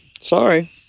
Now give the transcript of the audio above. Sorry